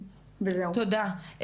תודה.